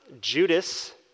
Judas